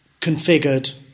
configured